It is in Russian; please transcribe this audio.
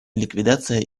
ликвидация